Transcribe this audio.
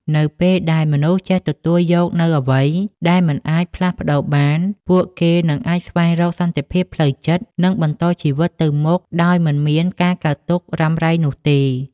នៅពេលដែលមនុស្សចេះទទួលយកនូវអ្វីដែលមិនអាចផ្លាស់ប្តូរបាន ពួកគេនឹងអាចស្វែងរកសន្តិភាពផ្លូវចិត្ត និងបន្តជីវិតទៅមុខដោយមិនមានការកើតទុក្ខរុំារ៉ៃនោះទេ។